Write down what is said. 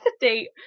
date